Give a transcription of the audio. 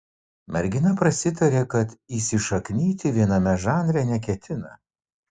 mergina prasitarė kad įsišaknyti viename žanre neketina